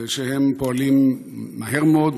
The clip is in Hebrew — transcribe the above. זה שהם פועלים מהר מאוד,